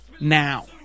now